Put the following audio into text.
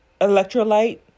electrolyte